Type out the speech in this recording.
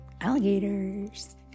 alligators